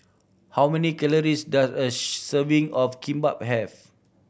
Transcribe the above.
how many calories does a serving of Kimbap have